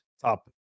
Top